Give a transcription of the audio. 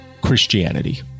Christianity